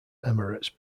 emirates